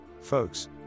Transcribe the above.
folks